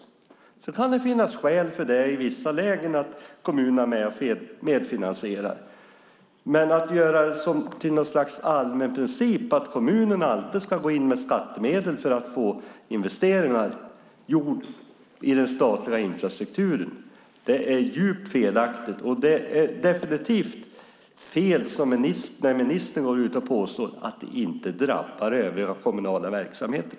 I vissa lägen kan det finnas skäl för att kommunerna är med och finansierar, men att göra det till en allmän princip att kommunerna ska gå in med skattemedel för att få investeringar gjorda i den statliga infrastrukturen är helt fel. Det är definitivt fel av ministern att påstå att det inte drabbar övriga kommunala verksamheter.